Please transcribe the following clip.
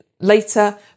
later